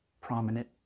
prominent